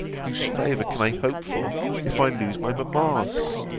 whose favour can i hope for if i lose my mamma's?